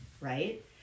Right